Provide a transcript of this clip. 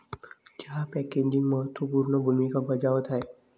चहा पॅकेजिंग महत्त्व पूर्ण भूमिका बजावत आहे